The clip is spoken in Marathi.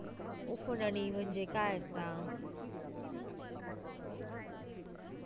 उफणणी म्हणजे काय असतां?